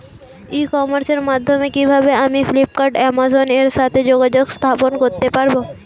ই কমার্সের মাধ্যমে কিভাবে আমি ফ্লিপকার্ট অ্যামাজন এর সাথে যোগাযোগ স্থাপন করতে পারব?